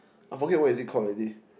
I forget what is it called already